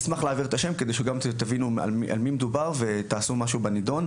אני אשמח להעביר את השם שלו כדי שתבינו במי מדובר ותעשו משהו בנדון.